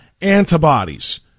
antibodies